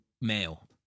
male